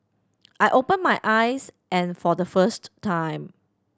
I open my eyes and for the first time